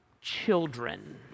children